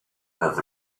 has